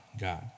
God